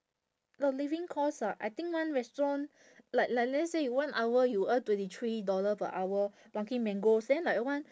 the living cost ah I think one restaurant like like let's say you one hour you earn twenty three dollar per hour plucking mangoes then like one